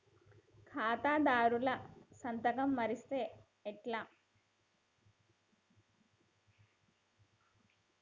ఖాతాదారుల సంతకం మరిస్తే ఎట్లా?